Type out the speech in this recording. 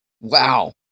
Wow